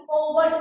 over